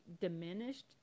diminished